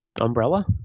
Umbrella